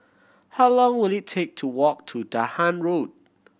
how long will it take to walk to Dahan Road